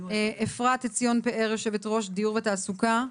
אפרת עציון פאר, יושבת ראש דיור ותעסוקה.